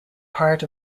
part